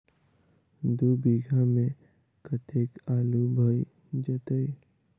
दु बीघा मे कतेक आलु भऽ जेतय?